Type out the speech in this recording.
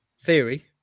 Theory